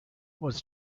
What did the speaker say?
was